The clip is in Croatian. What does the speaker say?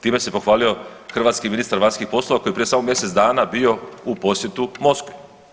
Time se pohvalio hrvatski ministar vanjskih poslova koji je prije samo mjesec dana bio u posjetu Moskvi.